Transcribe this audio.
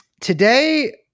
today